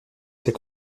ses